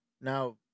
Now